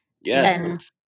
Yes